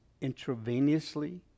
intravenously